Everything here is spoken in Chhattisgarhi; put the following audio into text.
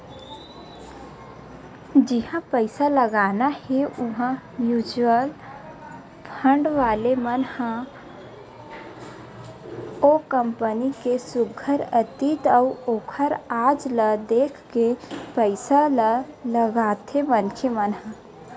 जिहाँ पइसा लगाना हे उहाँ म्युचुअल फंड वाले मन ह ओ कंपनी के सुग्घर अतीत अउ ओखर आज ल देख के पइसा ल लगाथे मनखे मन ह